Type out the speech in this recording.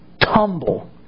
tumble